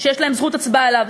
שיש להם זכות הצבעה אליו,